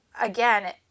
again